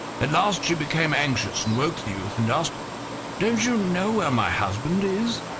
at last she became anxious, and woke the youth, and asked don't you know where my husband is?